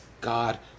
God